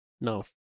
No